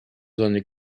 zones